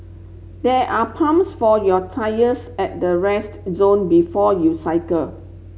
there are pumps for your tyres at the rest zone before you cycle